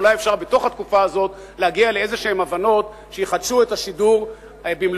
אולי אפשר בתוך התקופה הזאת להגיע לאיזה הבנות שיחדשו את השידור במלואו,